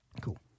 Cool